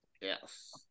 Yes